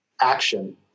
action